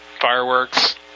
Fireworks